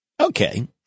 Okay